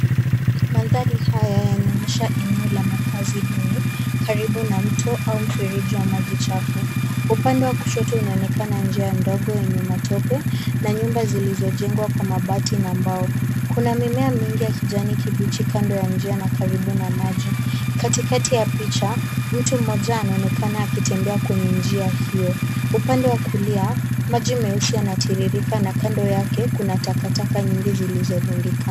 Mandhari haya yanaonyesha eneo la makazi duni, karibu na mto au mfereji wa maji chafu. Upande wa kushoto unaonekana kuwa na njia ndogo yenye matope na nyumba zilizo jengwa kwa mabati na mbao. Kuna mimea mingi ya kijani kibichi kando ya njia na karibu na maji. Katikati ya picha, mtu mmoja anaonekana akitembea kwenye njia hiyo. Upande wa kulia, maji meusi yanatiririka na kando yake kuna takataka nyingi zilizorundikana.